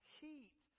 heat